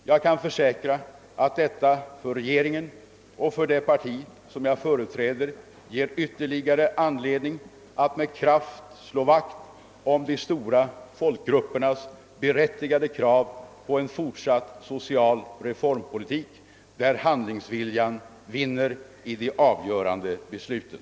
Jag kan försäkra att detta för regeringen och för det parti som jag företräder ger ytterligare anledning att med kraft slå vakt om de stora folkgruppernas berättigade krav på en fortsatt social reformpolitik, där handlingsviljan vinner vid de avgörande besluten.